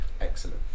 Excellent